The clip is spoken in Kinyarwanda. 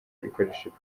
ikoresheje